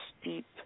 steep